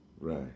Right